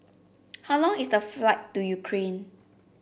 how long is the flight to Ukraine